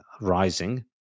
rising